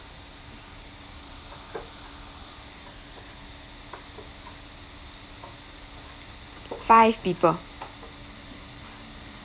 five people